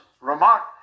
remark